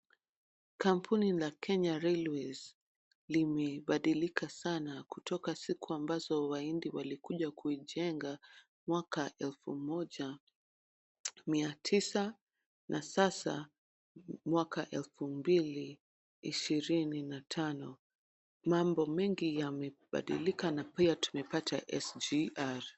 Kampuni la Kenya Railways limebadilika sana kutoka siku ambazo wahindi walikuja kuijenga mwaka elfu moja mia tisa na sasa mwaka elfu mbili ishirini na tano. Mambo mengi yamebadilika na pia tumepata SGR .